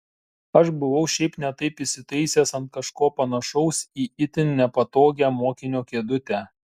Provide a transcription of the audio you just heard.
aš buvau šiaip ne taip įsitaisęs ant kažko panašaus į itin nepatogią mokinio kėdutę